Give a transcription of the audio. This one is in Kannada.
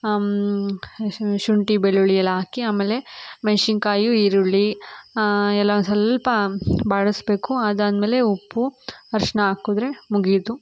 ಶುಂಠಿ ಬೆಳ್ಳುಳ್ಳಿ ಎಲ್ಲ ಹಾಕಿ ಆಮೇಲೆ ಮೆಣ್ಶಿನ್ಕಾಯಿ ಈರುಳ್ಳಿ ಎಲ್ಲ ಒಂದು ಸ್ವಲ್ಪ ಬಾಡಿಸ್ಬೇಕು ಅದಾದಮೇಲೆ ಉಪ್ಪು ಅರ್ಶಿನ ಹಾಕಿದ್ರೆ ಮುಗಿಯಿತು